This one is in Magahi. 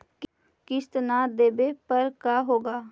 किस्त न देबे पर का होगा?